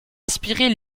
inspirer